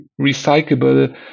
recyclable